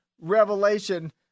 revelation